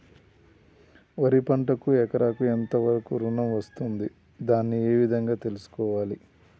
వరి పంటకు ఎకరాకు ఎంత వరకు ఋణం వస్తుంది దాన్ని ఏ విధంగా తెలుసుకోవాలి?